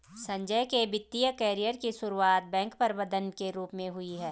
संजय के वित्तिय कैरियर की सुरुआत बैंक प्रबंधक के रूप में हुई